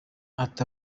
ati